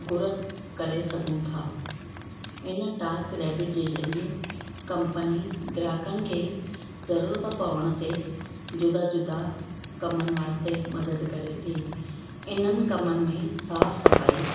गुरत करे सघूं था हिन टास्करेबिट जे ज़रिए कंपनी ग्राहकनि खे ज़रूरत पवण ते जुदा जुदा कमनि वास्ते मदद करे थी इन्हनि कमनि में साफ़ु सफ़ाई